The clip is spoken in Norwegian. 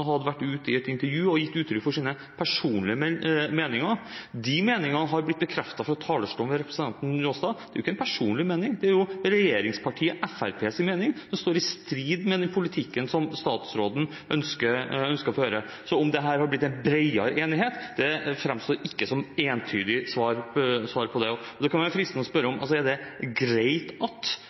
De meningene har blitt bekreftet fra talerstolen ved representanten Njåstad. Det er jo ikke en personlig mening; det er regjeringspartiet Fremskrittspartiets mening, som står i strid med den politikken som statsråden ønsker å føre. Så om det her har blitt en bredere enighet – det framstår ikke som noe entydig svar på det – og det kan være fristende å spørre: Er det greit at